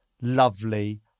lovely